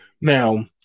Now